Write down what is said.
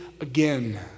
again